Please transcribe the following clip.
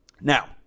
Now